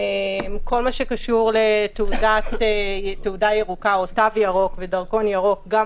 כל מה שקשור לתעודה ירוקה או לתו ירוק או דרכון ירוק גם